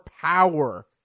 power